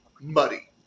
muddy